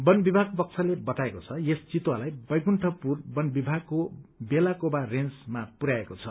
वनविभाग पक्षले बताएको छ यस चितुवालाई बैकुण्ठपुर वनविभागको बेलाकोवा रेन्ज पुरयाएको छ